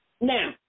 Now